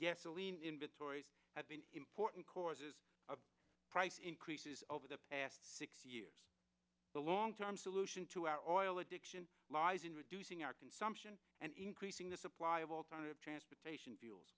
gasoline inventories have been important causes of price increases over the six years the long term solution to our oil addiction lies in reducing our consumption and increasing the supply of alternative transportation fuels